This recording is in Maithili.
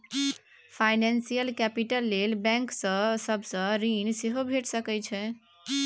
फाइनेंशियल कैपिटल लेल बैंक सब सँ ऋण सेहो भेटि सकै छै